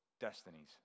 destinies